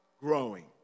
growing